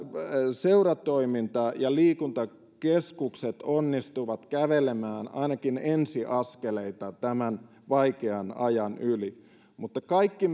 seuratoiminta ja liikuntakeskukset onnistuvat kävelemään ainakin ensiaskeleita tämän vaikean ajan yli mutta kaikki